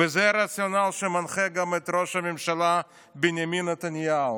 וזה הרציונל שמנחה גם את ראש הממשלה בנימין נתניהו.